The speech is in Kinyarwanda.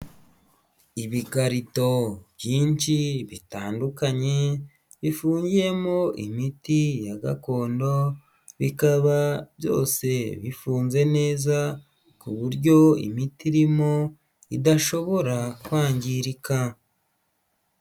Ibikarito byinshi bitandukanye bifungiyemo imiti ya gakondo bikaba byose bifunze neza ku buryo imiti irimo idashobora kwangirika.